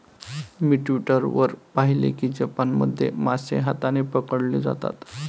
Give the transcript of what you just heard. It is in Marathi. मी ट्वीटर वर पाहिले की जपानमध्ये मासे हाताने पकडले जातात